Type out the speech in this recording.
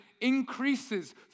increases